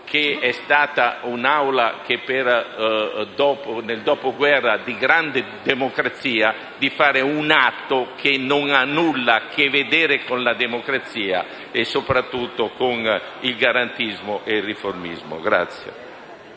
è stata un'Aula di grande democrazia, di fare un atto che nulla ha a che vedere con la democrazia e, soprattutto, con il garantismo ed il riformismo. Grazie.